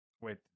Wait